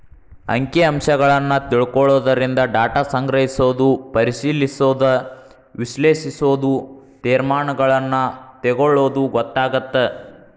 ಅಂಕಿ ಅಂಶಗಳನ್ನ ತಿಳ್ಕೊಳ್ಳೊದರಿಂದ ಡಾಟಾ ಸಂಗ್ರಹಿಸೋದು ಪರಿಶಿಲಿಸೋದ ವಿಶ್ಲೇಷಿಸೋದು ತೇರ್ಮಾನಗಳನ್ನ ತೆಗೊಳ್ಳೋದು ಗೊತ್ತಾಗತ್ತ